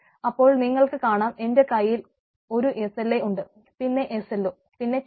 അപ്പോൾ നിങ്ങൾക്ക് കാണാം എന്റെ കയ്യിൽ ഒരു SLA ഉണ്ട് പിന്നെ SLO പിന്നെ KPI